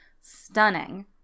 stunning